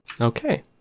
Okay